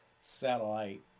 satellite